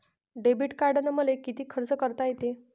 Debit कार्डानं मले किती खर्च करता येते?